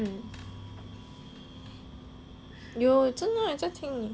有真的有在听你